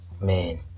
man